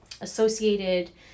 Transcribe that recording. associated